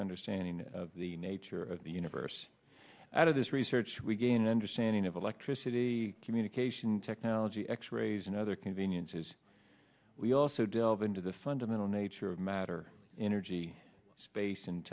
understanding of the nature of the universe out of this research we gain understanding of electricity communication technology x rays and other conveniences we also delve into the fundamental nature of matter energy space and